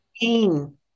pain